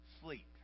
sleep